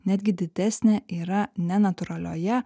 netgi didesnė yra ne natūralioje